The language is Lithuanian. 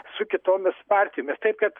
su kitomis partijomis taip kad